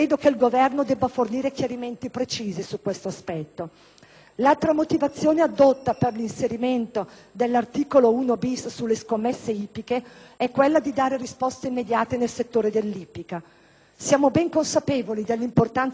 L'altra motivazione addotta per l'inserimento dell'articolo 1-*bis* sulle scommesse ippiche è quella di dare risposte immediate al settore dell'ippica. Siamo ben consapevoli dell'importanza di occuparsi di questo comparto, oggi entrato in sofferenza,